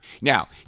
Now